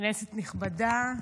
כנסת נכבדה,